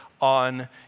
on